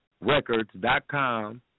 records.com